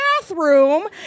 bathroom